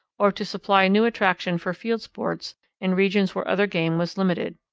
or to supply new attraction for field-sports in regions where other game was limited.